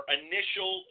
initial